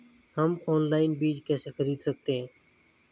हम ऑनलाइन बीज कैसे खरीद सकते हैं?